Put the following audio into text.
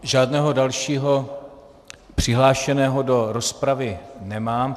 Žádného dalšího přihlášeného do rozpravy nemám.